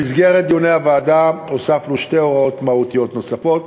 במסגרת דיוני הוועדה הוספנו שתי הוראות מהותיות נוספות: